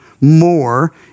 more